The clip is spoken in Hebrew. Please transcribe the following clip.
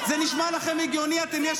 --- שיגישו תלונה במשטרה.